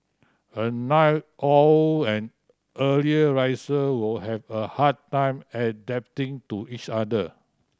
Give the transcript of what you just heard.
a night owl and early riser will have a hard time adapting to each other